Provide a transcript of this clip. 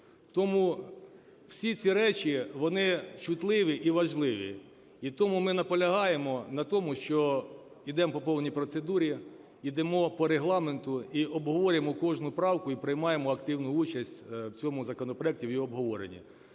Тому всі ці речі, вони чутливі і важливі. І тому ми наполягаємо на тому, що ідемо по повній процедурі, ідемо по Регламенту і обговорюємо кожну правку, і приймаємо активну участь в цьому законопроекті, в його обговоренні.